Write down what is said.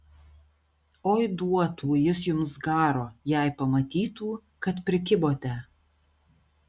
oi duotų jis jums garo jei pamatytų kad prikibote